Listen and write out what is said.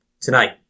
Tonight